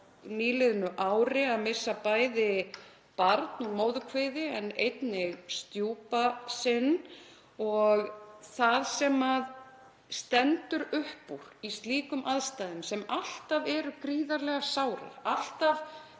nýliðnu ári að missa bæði barn í móðurkviði en einnig stjúpa sinn og það sem stendur upp úr í slíkum aðstæðum, sem alltaf eru gríðarlega sárar, taka